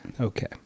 Okay